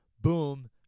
boom